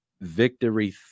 victory